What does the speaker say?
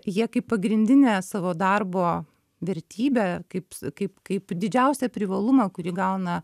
jie kaip pagrindinę savo darbo vertybę kaip kaip kaip didžiausią privalumą kurį gauna